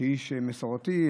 כאיש מסורתי,